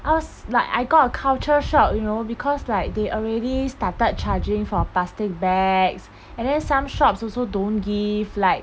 I was like I got a culture shock you know because like they already started charging for plastic bags and then some shops also don't give like